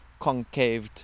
concaved